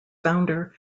founder